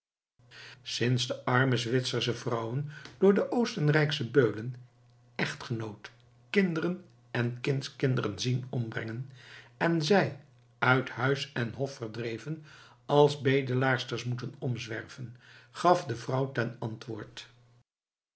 sinds de arme zwitsersche vrouwen door de oostenrijksche beulen echtgenoot kinderen en kindskinderen zien ombrengen en zij uit huis en hof verdreven als bedelaarsters moeten omzwerven gaf de vrouw ten antwoord